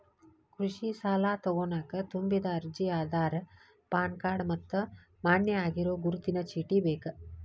ಕೃಷಿ ಸಾಲಾ ತೊಗೋಣಕ ತುಂಬಿದ ಅರ್ಜಿ ಆಧಾರ್ ಪಾನ್ ಕಾರ್ಡ್ ಮತ್ತ ಮಾನ್ಯ ಆಗಿರೋ ಗುರುತಿನ ಚೇಟಿ ಬೇಕ